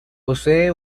posee